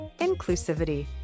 inclusivity